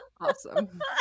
Awesome